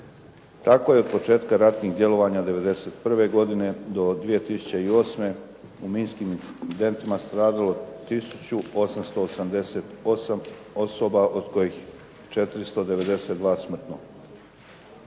Tako je od početka ratnih djelovanja '91. godine do 2008. u minskim … /Govornik se ne razumije./… stradalo 1888 osoba od kojih 492 smrtno,